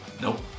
Nope